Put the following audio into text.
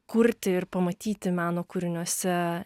kurti ir pamatyti meno kūriniuose